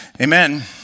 Amen